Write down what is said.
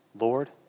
Lord